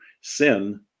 sin